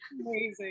amazing